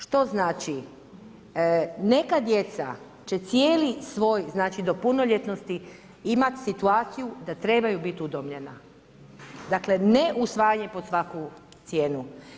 Što znači neka djeca će cijeli svoj, znači do punoljetnosti imat situaciju da trebaju biti udomljena, dakle ne usvajanje pod svaku cijenu.